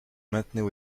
maintenait